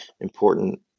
important